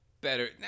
better –